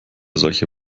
solche